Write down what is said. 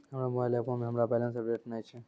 हमरो मोबाइल एपो मे हमरो बैलेंस अपडेट नै छै